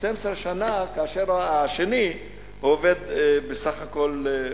12 שנה כאשר השני עובד בסך הכול חודש.